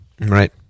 Right